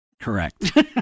Correct